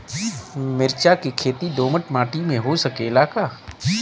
मिर्चा के खेती दोमट माटी में हो सकेला का?